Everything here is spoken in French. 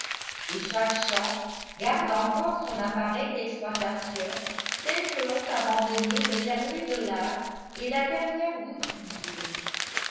et chaque champ garde encore son appareil d'exploitation tel que l'ont abandonné le dernier dollar et la dernière goutte d'huile